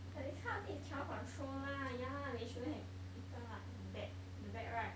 like this kind of thing is cannot control lah ya lah they shouldn't have eaten like the bat the bat right